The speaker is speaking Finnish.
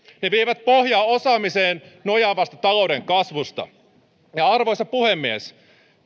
ne vievät pohjaa osaamiseen nojaavasta talouden kasvusta arvoisa puhemies